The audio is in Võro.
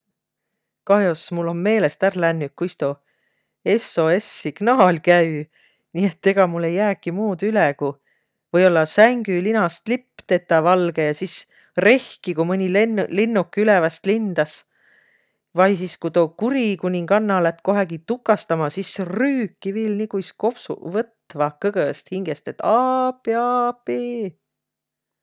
Kah'os mul om meelest ärq lännüq, kuis tuu SOS-signaal käü, nii et egaq mul ei jääki muud üle, ku või-ollaq sängülinast lipp tetäq valgõ ja sis rehkiq, ku mõni lenn- linnuk üleväst lindas. Vai sis ku tuu kuri kuninganna lätt kohegi tukastama, sis rüükiq kuis viil kopsuq võtvaq, kõgõst hingest, et: "Aappii, aappiii!"